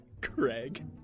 Craig